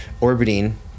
orbiting